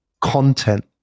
content